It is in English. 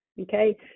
okay